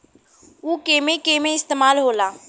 उव केमन केमन इस्तेमाल हो ला?